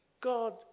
God